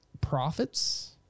profits